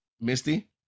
Misty